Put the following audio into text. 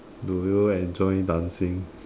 do you enjoy dancing